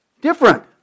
different